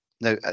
now